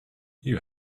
you